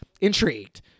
intrigued